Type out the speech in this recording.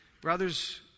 brothers